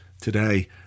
today